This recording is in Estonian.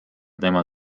tema